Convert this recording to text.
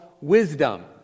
wisdom